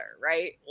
right